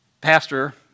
Pastor